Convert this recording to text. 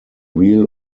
wheel